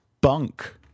bunk